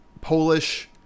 Polish